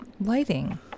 Lighting